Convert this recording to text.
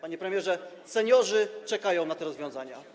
Panie premierze, seniorzy czekają na te rozwiązania.